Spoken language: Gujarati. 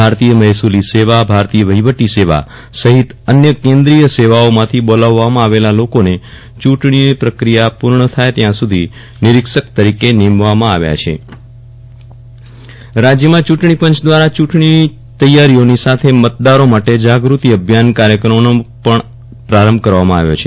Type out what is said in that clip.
ભારતીય મહેસુલી સેવા ભારતીય વહિવટી સેવા સહિત અન્ય કેન્દ્રિય સેવાઓમાંથી બોલાવવામાં આવેલા લોકોને ચૂંટણીની પ્રક્રિયા પૂર્ણ થાય ત્યાં સુધી નિરીક્ષક તરીકે નિમવામાં આવ્યા છે વિરલ રાણા ટણીપંચ મતદાન અભિયાન રાજ્યમાં ચૂંટણીપંચ દ્વારા ચૂંટણીની તૈયારીઓની સાથે મતદારો માટે જાગૂતિ અભિયાન કાર્યક્રમોનો પણ પ્રારંભ કરવામાં આવ્યો છે